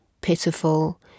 pitiful